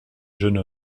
jeune